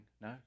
No